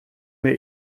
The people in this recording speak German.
mir